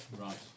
Right